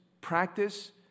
practice